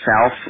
South